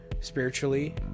spiritually